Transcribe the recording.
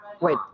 wait